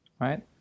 right